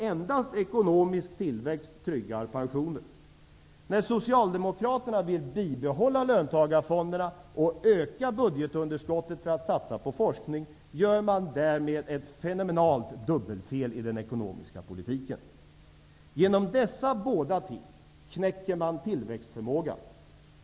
Endast ekonomisk tillväxt tryggar pensioner. Socialdemokraterna vill bibehålla löntagarfonderna och öka budgetunderskottet för att satsa på forskning och gör därmed ett fenomenalt dubbelfel i den ekonomiska politiken. Genom dessa båda ting knäcker man tillväxtförmågan.